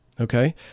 okay